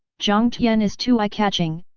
jiang tian is too eye-catching,